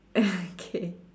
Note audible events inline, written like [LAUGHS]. [LAUGHS] K